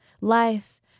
Life